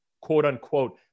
quote-unquote